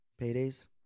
Paydays